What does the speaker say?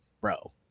bro